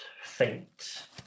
faint